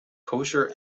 kosher